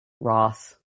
Ross